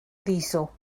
ddiesel